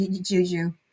Juju